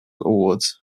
awards